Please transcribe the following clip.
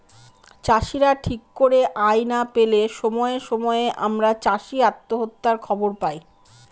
চাষীরা ঠিক করে আয় না পেলে সময়ে সময়ে আমরা চাষী আত্মহত্যার খবর পায়